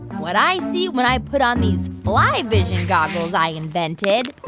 what i see when i put on these fly vision goggles i invented.